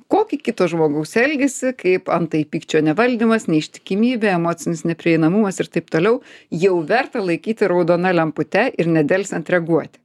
kokį kito žmogaus elgesį kaip antai pykčio nevaldymas neištikimybė emocinis neprieinamumas ir taip toliau jau verta laikyti raudona lempute ir nedelsiant reaguoti